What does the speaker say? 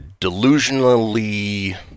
delusionally